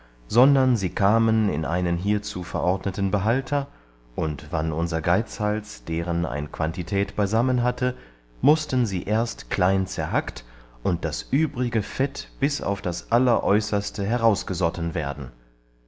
sondern sie kamen in einen hierzu verordneten behalter und wann unser geizhals deren ein quantität beisammen hatte mußten sie erst klein zerhackt und das übrige fett bis auf das alleräußerste herausgesotten werden